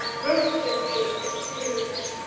ruthlessly pursu'd,